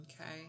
Okay